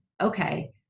okay